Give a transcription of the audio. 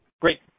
Great